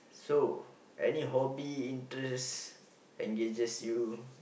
so any hobby interest engages you